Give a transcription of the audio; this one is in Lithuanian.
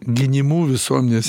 gynimu visuomenės